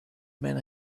men